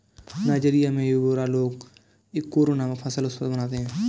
Nigeria में Yoruba लोग Ikore नामक फसल उत्सव मनाते हैं